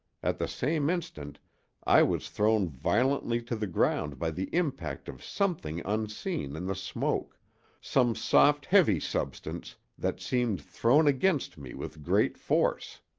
at the same instant i was thrown violently to the ground by the impact of something unseen in the smoke some soft, heavy substance that seemed thrown against me with great force.